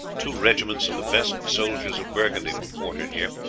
two regiments of the best soldiers of burgundy were quartered here,